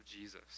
Jesus